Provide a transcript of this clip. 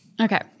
Okay